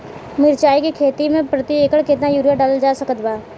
मिरचाई के खेती मे प्रति एकड़ केतना यूरिया डालल जा सकत बा?